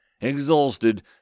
exhausted